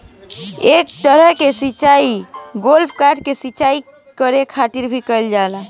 एह तरह के सिचाई गोल्फ कोर्ट के सिंचाई करे खातिर भी कईल जाला